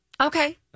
Okay